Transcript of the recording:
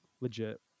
legit